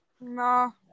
No